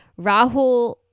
Rahul